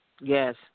Yes